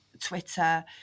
twitter